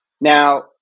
Now